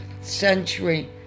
century